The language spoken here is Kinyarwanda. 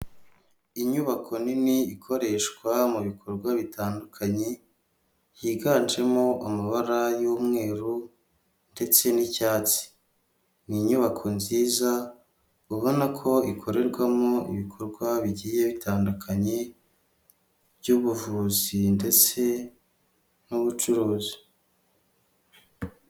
Inyubako nini ikoreshwa mu bikorwa bitandukanye, higanjemo amabara y'umweru ndetse n'icyatsi, ni inyubako nziza ubona ko ikorerwamo ibikorwa bigiye bitandukanye by'ubuvuzi, ndetse n'ubucuruzi.